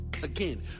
Again